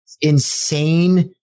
Insane